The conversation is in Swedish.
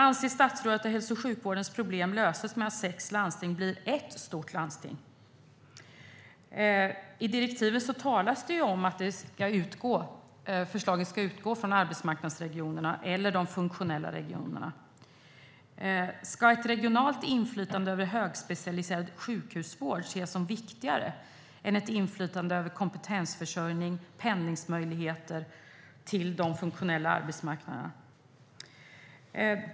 Anser statsrådet att hälso och sjukvårdens problem löses med att sex landsting blir ett stort landsting? I direktivet talas det om att förslaget ska utgå från arbetsmarknadsregionerna eller de funktionella regionerna. Ska ett regionalt inflytande över högspecialiserad sjukhusvård ses som viktigare än ett inflytande över kompetensförsörjning och pendlingsmöjligheter till de funktionella arbetsmarknaderna?